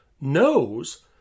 knows